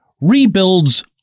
Rebuilds